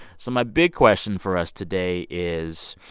so my big question for us today is,